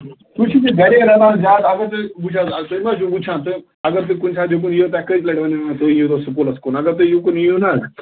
تُہۍ چھُو یہ گریے رٹان زیادٕ اگر تُہۍ تُہۍ مہٕ حظ چھِو وُچھان تہۍ اگر تُہۍ کُنہِ ساتہِ یوٚکُن ییو تۄہہِ کٔژِ لٹہِ ونٮ۪و مےٚ تُہۍ ییِو سکوٗلس کُن اگر تُہۍ یوٚکُن ییو نا